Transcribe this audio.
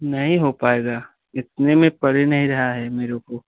नहीं हो पाएगा इतने में पड़ ही नहीं रहा है मेरे को